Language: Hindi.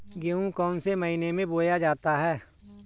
गेहूँ कौन से महीने में बोया जाता है?